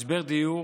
משבר דיור